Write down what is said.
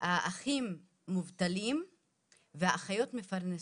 האחים מובטלים והאחיות מפרנסות.